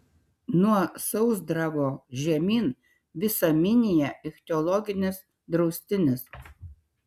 nuo sausdravo žemyn visa minija ichtiologinis draustinis